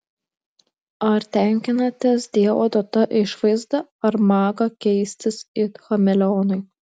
ar tenkinatės dievo duota išvaizda ar maga keistis it chameleonui